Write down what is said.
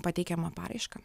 pateikiamą paraišką